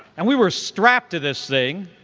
and we were strapped to this thing,